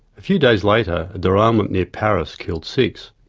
few days later a derailment near paris killed six.